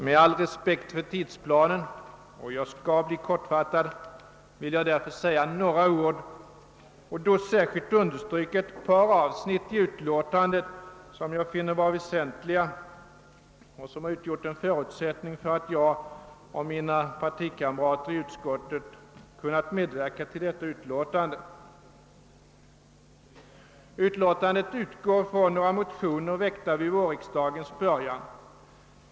Med all respekt för tidsplanen — jag skall bli kortfattad — vill jag säga några ord och särskilt understryka ett par avsnitt i utlåtandet som jag finner väsentliga och som har utgjort en förutsättning för att jag och mina partikamrater i utskottet har kunnat medverka till detta utlåtande. Utlåtandet utgår från några motioner väckta vid vårriksdagens början.